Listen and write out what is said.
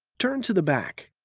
turn to the back.